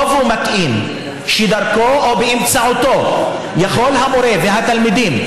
ומתאים שדרכו או באמצעותו יכולים המורה והתלמידים